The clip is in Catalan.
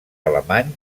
alemany